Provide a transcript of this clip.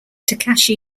takashi